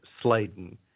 Sladen